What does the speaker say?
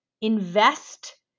invest